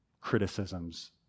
criticisms